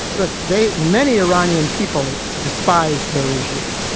like they many iranian people despise the regime.